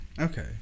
okay